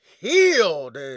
Healed